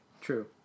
True